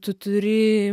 tu turi